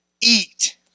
eat